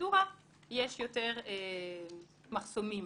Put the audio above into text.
הפרוצדורה יש יותר מחסומים.